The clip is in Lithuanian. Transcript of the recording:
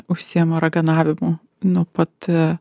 užsiima raganavimu nuo pat